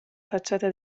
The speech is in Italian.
facciata